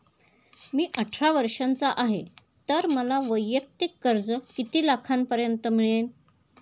मी अठरा वर्षांचा आहे तर मला वैयक्तिक कर्ज किती लाखांपर्यंत मिळेल?